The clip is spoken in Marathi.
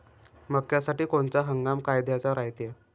मक्क्यासाठी कोनचा हंगाम फायद्याचा रायते?